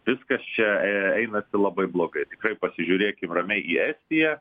viskas čia eina labai blogai tikrai pasižiūrėkim ramiai į estiją